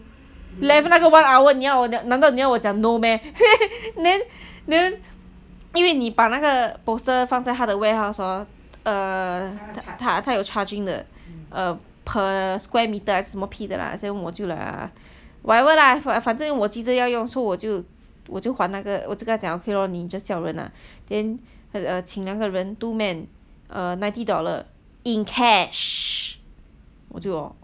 eleven 那个 one hour 难道你要我讲 no meh then then 因为你把那个 poster 放在他的 warehouse hor err 他他有 charging 的 err per square meter 还是什么屁的 lah 所以我就 like !aiya! whatever lah 反正我急着要用我就我就还那个我就跟他讲讲 okay lor 你叫人 lah then err 请两个人 two men err ninety dollar in cash